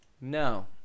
No